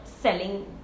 selling